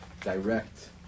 direct